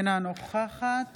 אינה נוכחת